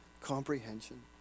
comprehension